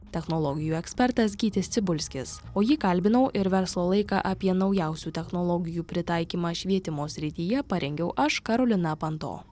technologijų ekspertas gytis cibulskis o jį kalbinau ir verslo laiką apie naujausių technologijų pritaikymą švietimo srityje parengiau aš karolina panto